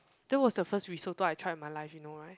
that was the first risotto I try in my life you know right